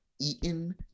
eaten